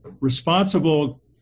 responsible